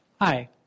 Hi